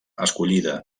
escollida